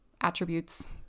attributes